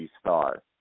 star